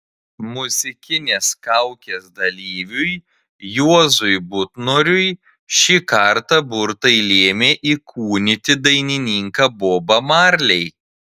muzikinės kaukės dalyviui juozui butnoriui šį kartą burtai lėmė įkūnyti dainininką bobą marley